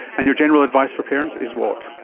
and your general advice for parents is, what?